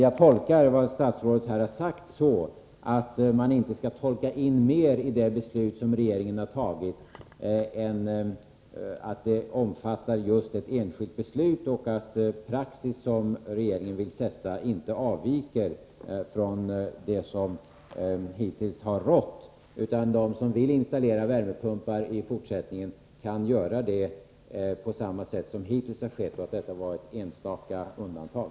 Jag tolkar vad statsrådet här har sagt så, att man inte skall läsa in mer i det beslut som regeringen har fattat än att det avser ett enstaka beslut och att den praxis som regeringen önskar inte avviker från vad som hittills har gällt. De som i fortsättningen vill installera värmepumpar bör alltså kunna göra det på samma sätt som hittills. I detta fall var det således fråga om ett undantag.